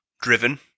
Driven